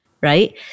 right